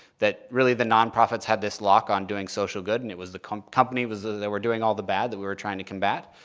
that really the nonprofits had this lock on doing social good and it was the kind of company ah that were doing all the bad that we were trying to combat,